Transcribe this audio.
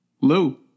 Lou